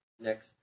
next